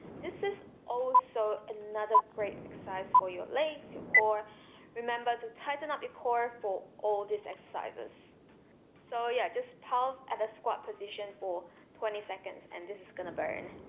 this is also another great exercise for your legs your core remember to tighten up your core for all these exercises so yeah, just pulse at a squat position for twenty seconds, and this is going to burn